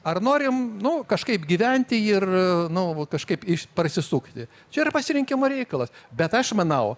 ar norim nu kažkaip gyventi ir nu vo kažkaip prasisukti čia yra pasirinkimo reikalas bet aš manau